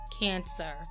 cancer